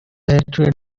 bacteria